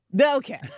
Okay